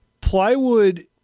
plywood